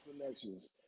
connections